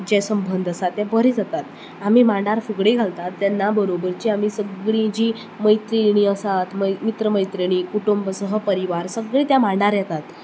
जें संबंध आसा तें बरें जातात आनी मांडार फुगडी घालतात तेन्ना बरोबरचीं आमी सगळीं जीं मैत्रिणी आसात मित्र मैत्रिणीं कुटूंब सह परिवार सगळीं त्या मांडार येतात